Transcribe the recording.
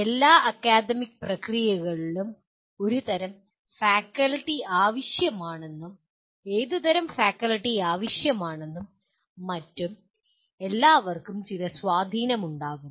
എല്ലാ അക്കാദമിക് പ്രക്രിയകളിലും ഏതുതരം ഫാക്കൽറ്റി ആവശ്യമാണെന്നും മറ്റും എല്ലാവർക്കും ചില സ്വാധീനമുണ്ടാകും